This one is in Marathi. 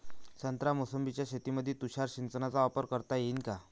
संत्रा मोसंबीच्या शेतामंदी तुषार सिंचनचा वापर करता येईन का?